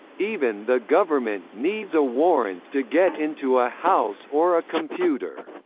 even the government needs a warrant to get into a house or a computer.